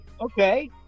Okay